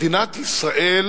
מדינת ישראל